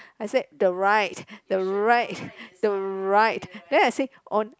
I said the right the right the right then I said on